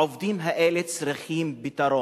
העובדים האלה צריכים פתרון,